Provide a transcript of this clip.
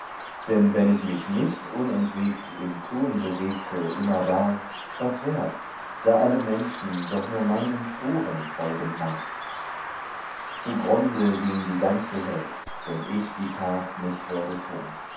denn wenn ich mich nicht unentwegt im tun bewegte immerdar was wär's da alle menschen doch nur meinen spuren folgen nach zugrunde ging die ganze welt wenn ich die tat nicht würde tun